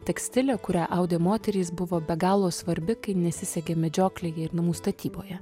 tekstilė kurią audė moterys buvo be galo svarbi kai nesisekė medžioklėje ir namų statyboje